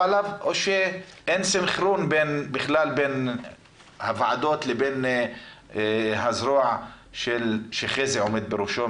עליו או שאין סנכרון בכלל בין הוועדות לבין הזרוע שחזי עומד בראשה,